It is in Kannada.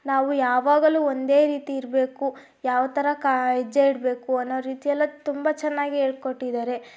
ನಾವು ಯಾವಾಗಲೂ ಒಂದೇ ರೀತಿ ಇರಬೇಕು ಯಾವ ಥರ ಕಾ ಹೆಜ್ಜೆ ಇಡಬೇಕು ಅನ್ನೋ ರೀತಿಯೆಲ್ಲ ತುಂಬ ಚೆನ್ನಾಗಿ ಹೇಳ್ಕೊಟ್ಟಿದ್ದಾರೆ